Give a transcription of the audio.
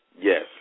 Yes